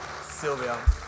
Sylvia